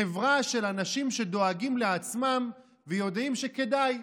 חברה של אנשים שדואגים לעצמם ויודעים שכדאי: